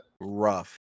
rough